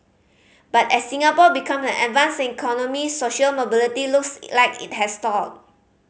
but as Singapore become an advanced economy social mobility looks like it has stalled